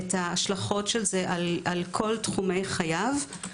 את ההשלכות של זה על כל תחומי חייו.